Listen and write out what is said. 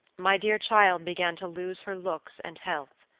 my dear child began to lose her looks and health,